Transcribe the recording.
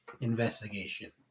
investigation